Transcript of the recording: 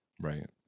Right